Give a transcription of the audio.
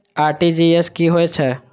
RTGS की होय छै